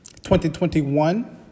2021